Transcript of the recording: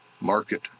market